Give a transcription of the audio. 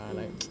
mm